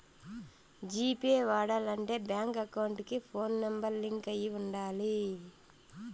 G pay వాడాలంటే bank account కి phone number link అయి ఉండాలి